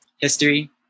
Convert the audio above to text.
history